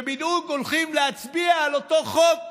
שבדיוק הולכים להצביע על אותו חוק.